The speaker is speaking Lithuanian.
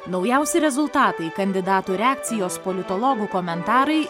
naujausi rezultatai kandidatų reakcijos politologų komentarai